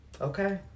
Okay